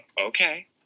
Okay